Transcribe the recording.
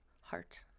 heart